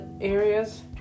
areas